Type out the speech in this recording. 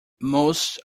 most